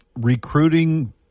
recruiting